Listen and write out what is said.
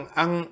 ang